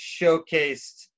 showcased